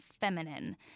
feminine